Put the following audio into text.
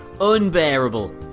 Unbearable